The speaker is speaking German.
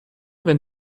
wenn